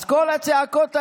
אז כל הצעקות היום,